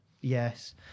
Yes